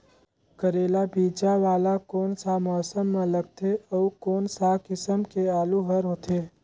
करेला बीजा वाला कोन सा मौसम म लगथे अउ कोन सा किसम के आलू हर होथे?